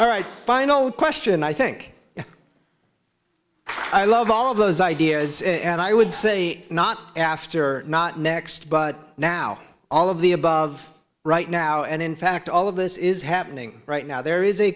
all right final question i think i love all of those ideas and i would say not after not next but now all of the above right now and in fact all of this is happening right now there is a